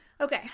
Okay